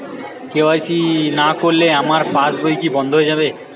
KYC না করলে আমার পাশ বই কি বন্ধ হয়ে যাবে?